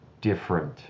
different